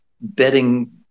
betting